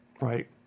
right